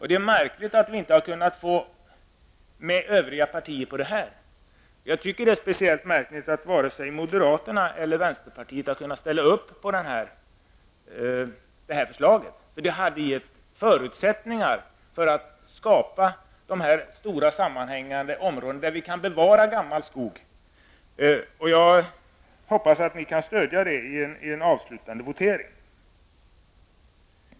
Det är märkligt att vi reservanter inte har kunnat få med de övriga partierna på den skrivningen. Jag tycker att det är speciellt märkligt att inte vare sig moderaterna eller vänsterpartiet har kunna ställa upp på det förslaget. Det hade givit förutsättningar att skapa de stora sammanhängande områden där det går att bevara gammal skog. Jag hoppas att ni stöder förslaget i en avslutande votering.